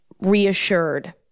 reassured